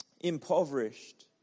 Impoverished